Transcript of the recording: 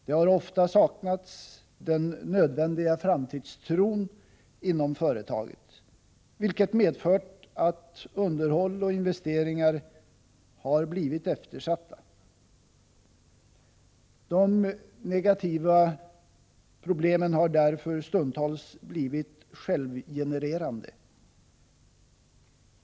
Det har ofta saknats den nödvändiga framtidstron inom företaget, vilket medfört att underhåll och investeringar har blivit eftersatta. Problemen har därför stundtals blivit självgenererande.